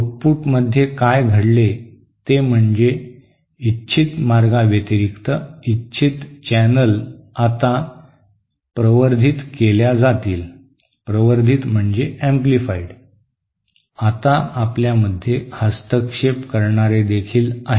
आउटपुटमध्ये काय घडते ते म्हणजे इच्छित मार्गाव्यतिरिक्त इच्छित चॅनेल आता प्रवर्धित केल्या जातील आता आपल्यामध्ये हस्तक्षेप करणारे देखील आहेत